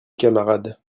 camarade